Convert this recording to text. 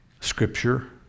scripture